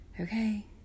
okay